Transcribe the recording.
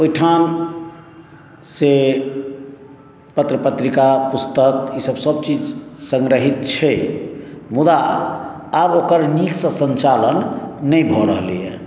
ओहिठाम से पत्र पत्रिका पुस्तक ईसभ चीज संग्रहित छै मुदा आब ओकर नीक से सन्चालन नहि भऽ रहलैया